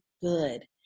good